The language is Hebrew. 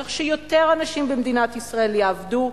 כך שיותר אנשים במדינת ישראל יעבדו,